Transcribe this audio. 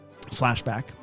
Flashback